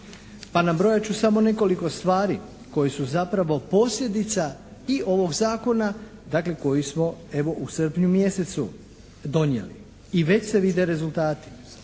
Pa nabrojat ću samo nekoliko stvari koje su zapravo posljedica i ovog Zakona, dakle koji smo evo u srpnju mjesecu donijeli i već se vide rezultati.